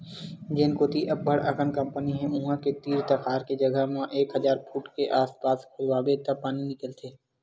जेन कोती अब्बड़ अकन कंपनी हे उहां के तीर तखार के जघा म एक हजार फूट के आसपास खोदवाबे त पानी निकलथे